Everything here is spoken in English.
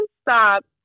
Stop